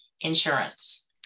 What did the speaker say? insurance